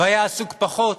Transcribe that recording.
והיה עסוק פחות